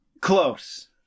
close